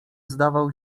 zdawał